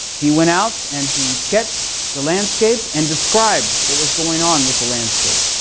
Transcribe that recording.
he went out and he sketched the landscape, and described what was going on with the landscape,